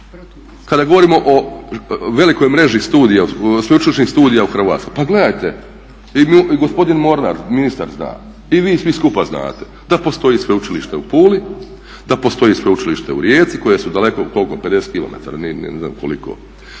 kada govorimo o velikoj mreži studija, sveučilišnih studija u Hrvatskoj pa gledajte i gospodin Mornar, ministar zna i vi svi skupa znate da postoji sveučilište u Puli, da postoji sveučilište u Rijeci koji su daleko koliko? 50 km, ne znam koliko.